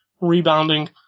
rebounding